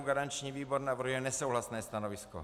Garanční výbor navrhuje nesouhlasné stanovisko.